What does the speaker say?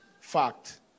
fact